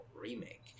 remake